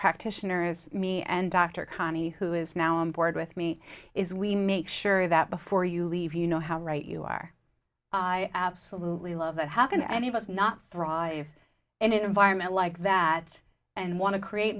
practitioners me and dr connie who is now i'm bored with me is we make sure that before you leave you know how right you are i absolutely love it how can any of us not thrive in an environment like that and want to create